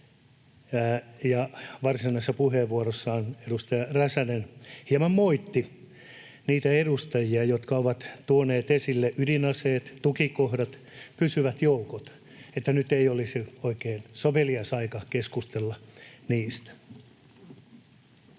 ja varsinaisessa puheenvuorossaan hieman edustaja Räsänen, niitä edustajia, jotka ovat tuoneet esille ydinaseet, tukikohdat ja pysyvät joukot, että nyt ei olisi oikein sovelias aika keskustella niistä.